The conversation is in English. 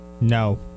no